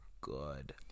good